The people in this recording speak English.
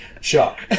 Shock